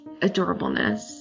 adorableness